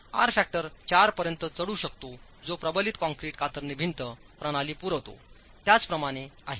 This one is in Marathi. आर फॅक्टर 4 पर्यंत चढू शकतो जो प्रबलित कंक्रीट कातरणे भिंत प्रणाली पुरवतो त्याप्रमाणेच आहे